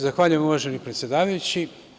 Zahvaljujem uvaženi predsedavajući.